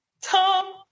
Tom